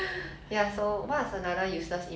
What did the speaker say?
what do you think